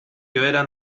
joera